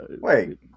Wait